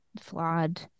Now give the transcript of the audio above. flawed